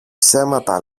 ψέματα